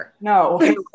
No